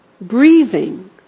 breathing